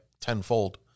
tenfold